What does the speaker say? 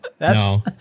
No